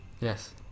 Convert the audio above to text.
Yes